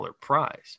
prize